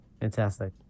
Fantastic